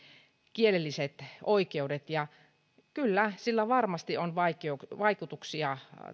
kielelliset oikeudet kyllä tällä käräjäoikeusverkoston supistamisella varmasti on vaikutuksia